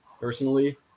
personally